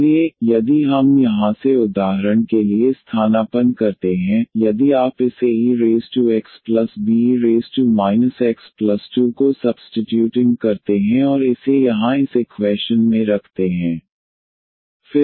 इसलिए यदि हम यहाँ से उदाहरण के लिए स्थानापन्न करते हैं यदि आप इस aexbe x2 को सुब्स्तितुटिंग करते हैं और इसे यहाँ इस इक्वैशन में रखते हैं